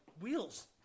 Wheels